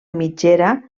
mitgera